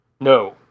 No